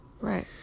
right